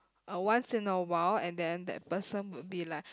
uh once in a while and then that person would be like